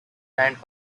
plant